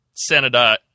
senator